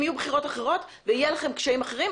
אם יהיו בחירות אחרות ויהיו לכם קשיים אחרים,